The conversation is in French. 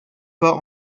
pas